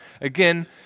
again